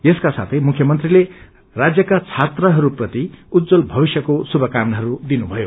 यसको साथै मुख्यमन्त्रीले राज्यका छात्रहरूलाई उज्जवल भविष्यको शुभकामनाहरू दिनुभयो